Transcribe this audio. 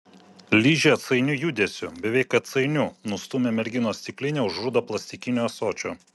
ližė atsainiu judesiu beveik atsainiu nustūmė merginos stiklinę už rudo plastikinio ąsočio